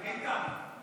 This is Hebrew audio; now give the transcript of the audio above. איתן,